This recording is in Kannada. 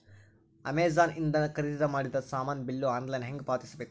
ಅಮೆಝಾನ ಇಂದ ಖರೀದಿದ ಮಾಡಿದ ಸಾಮಾನ ಬಿಲ್ ಆನ್ಲೈನ್ ಹೆಂಗ್ ಪಾವತಿಸ ಬೇಕು?